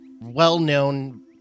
well-known